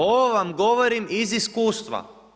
Ovo vam govorim iz iskustva.